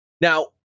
now